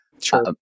Sure